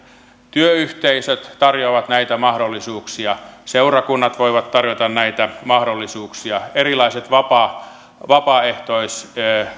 työyhteisöt tarjoavat näitä mahdollisuuksia seurakunnat voivat tarjota näitä mahdollisuuksia erilaiset vapaaehtoistyön